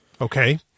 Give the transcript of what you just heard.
Okay